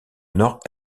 nord